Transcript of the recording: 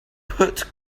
put